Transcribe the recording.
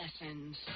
lessons